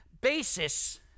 basis